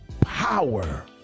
power